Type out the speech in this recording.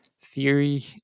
theory